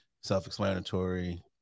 self-explanatory